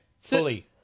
Fully